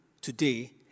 today